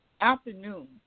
afternoon